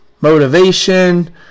motivation